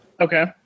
Okay